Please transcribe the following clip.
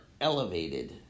elevated